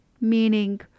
meaning